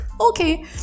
okay